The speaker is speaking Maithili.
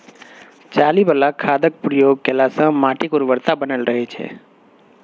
चाली बला खादक प्रयोग केलासँ माटिक उर्वरता बनल रहय छै